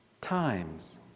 times